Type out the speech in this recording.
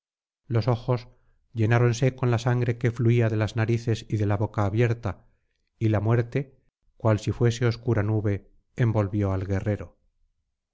los ojos llenáronse con la sangre que fluía de las narices y de la boca abierta y la muerte cual si fuese obscura nube envolvió al guerrero